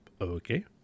Okay